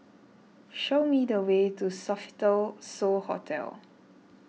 show me the way to Sofitel So Hotel